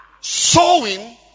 Sowing